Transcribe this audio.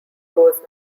goes